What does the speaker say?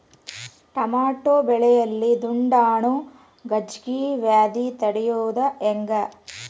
Tomato ಬೆಳೆಯಲ್ಲಿ ದುಂಡಾಣು ಗಜ್ಗಿ ವ್ಯಾಧಿ ತಡಿಯೊದ ಹೆಂಗ್?